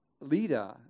leader